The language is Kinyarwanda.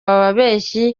ababeshyi